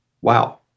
Wow